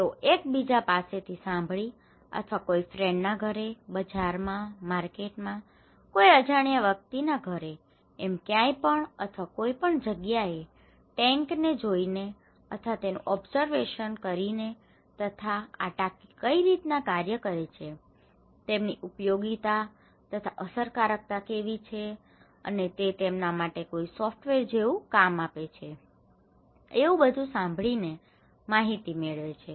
તેઓ એકબીજા પાસેથી સાંભળીને અથવા કોઈ ફ્રેન્ડના ઘરે બજારે માર્કેટમાં કોઈ અજાણ્યા વ્યક્તિના ઘરે એમ ક્યાંય પણ અથવા કોઈપણ જગ્યાએ ટેન્કને tank ટાંકી જોઈને અથવા તેનું ઓબસર્વેશન observation અવલોકન કરીને તથા આ ટાંકી કઈ રીતના કાર્ય કરે છે તેમની ઉપયોગિતા તથા અસરકારકતા કેવી છે અને તે તેમના માટે કોઈ સોફ્ટવેર જેવું કામ આપે છે એવું બધું સાંભળીને માહિતી મેળવે છે